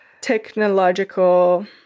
technological